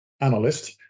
analyst